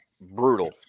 brutal